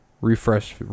refresh